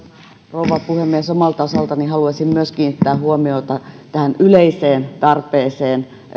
rouva puhemies omalta osaltani haluaisin myös kiinnittää huomiota tähän yleiseen tarpeeseen